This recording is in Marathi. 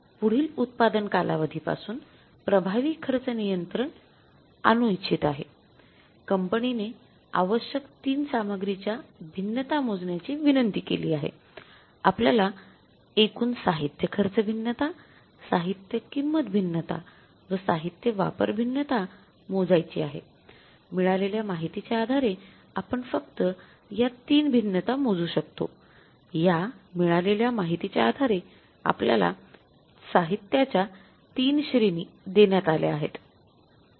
पुढील उत्पादन कालावधीपासून प्रभावी खर्च नियंत्रण आणू इच्छित आहेकंपनीने आवश्यक तीन सामग्री च्या भिन्नता मोजण्याची विनंती केली आहे आपल्याला एकूण साहित्य खर्च भिन्नता साहित्य किंमत भिन्नता व साहित्य वापर भिन्नता मोजायची आहेमिळालेल्या माहितीच्या आधारे आपण फक्त या ३ भिन्नता मोजू शकतो या मिळालेल्या माहितीच्या आधारे आपल्याला साहित्याच्या ३ श्रेणी देण्यात आल्या आहेत